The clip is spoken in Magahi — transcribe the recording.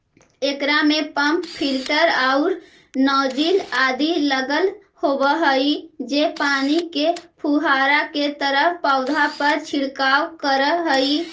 एकरा में पम्प फिलटर आउ नॉजिल आदि लगल होवऽ हई जे पानी के फुहारा के तरह पौधा पर छिड़काव करऽ हइ